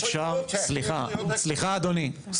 אפשר, סליחה, סליחה אדוני.